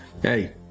Hey